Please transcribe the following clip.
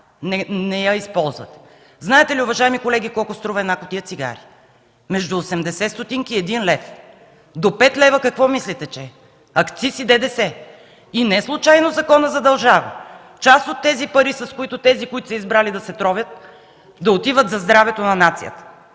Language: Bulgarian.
не я използвате. Знаете ли, уважаеми колеги, колко струва една кутия цигари? Между 80 стотинки и 1 лев. До 5 лева какво мислите, че е? Акциз и ДДС. И неслучайно законът задължава част от тези пари, с които тези, които са избрали да се тровят, да отиват за здравето на нацията.